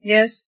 Yes